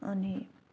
अनि